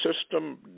system